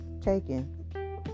taken